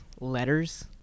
letters